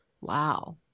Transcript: wow